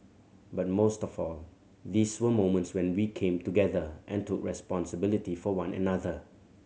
but most of all these were moments when we came together and took responsibility for one another